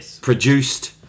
produced